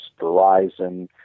Verizon